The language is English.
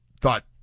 thought